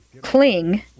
cling